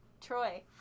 Troy